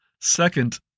second